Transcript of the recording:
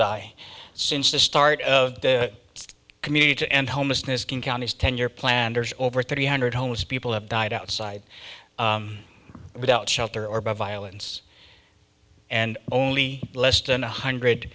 die since the start of the community to end homelessness can counties ten year planter's over three hundred homeless people have died outside without shelter or by violence and only less than one hundred